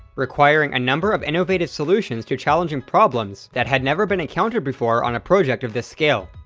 requiring a number of innovative solutions to challenging problems that had never been encountered before on a project of this scale.